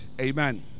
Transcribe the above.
amen